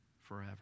forever